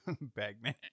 Bagman